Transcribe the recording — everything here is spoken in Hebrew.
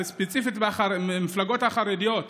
וספציפית מהמפלגות החרדיות,